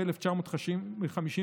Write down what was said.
ב-1954,